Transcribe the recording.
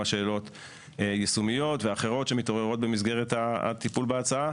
שאלות יישומיות ואחרות שמתעוררות במסגרת הטיפול בהצעה,